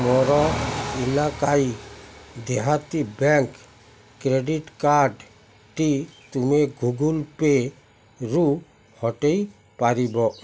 ମୋର ଇଲାକାଈ ଦେହାତୀ ବ୍ୟାଙ୍କ କ୍ରେଡ଼ିଟ୍ କାର୍ଡ଼ଟି ତୁମେ ଗୁଗଲ୍ ପେ'ରୁ ହଟାଇ ପାରିବ